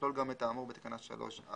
יכלול גם את האמור בתקנה 3(4)."